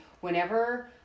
whenever